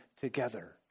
together